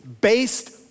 based